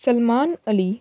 Salman Ali